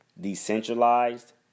decentralized